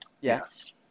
Yes